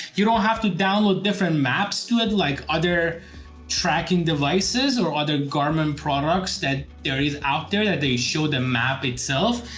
you don't have to download different maps to add like other tracking devices or other garmin products that there is out there that they show the map itself,